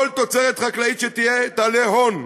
כל תוצרת חקלאית שתהיה תעלה הון,